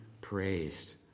praised